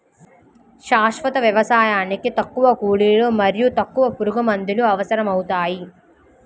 శాశ్వత వ్యవసాయానికి తక్కువ కూలీలు మరియు తక్కువ పురుగుమందులు అవసరమవుతాయి